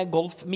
Golf